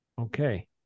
Okay